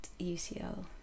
UCL